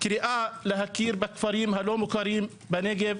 קריאה להכיר בכפרים הלא מוכרים בנגב